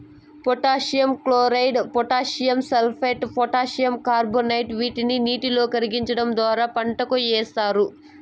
potassium chloride, potassium sulphate, potassium carbonate వీటిని నీటిలో కరిగించడం ద్వారా పంటలకు ఏస్తారు